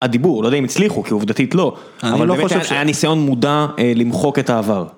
הדיבור, לא יודע אם הצליחו כי עובדתית לא, אבל לא חושב שהיה ניסיון מודע למחוק את העבר.